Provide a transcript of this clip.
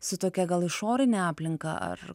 su tokia gal išorinę aplinką ar kaip